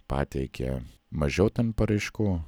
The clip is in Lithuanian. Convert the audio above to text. pateikė mažiau ten paraiškų